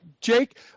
Jake